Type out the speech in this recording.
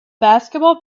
basketball